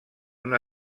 una